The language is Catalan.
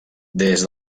des